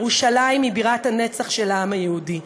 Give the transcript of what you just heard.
ירושלים היא בירת הנצח של העם היהודי.